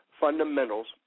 fundamentals